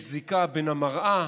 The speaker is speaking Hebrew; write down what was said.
יש זיקה בין המראה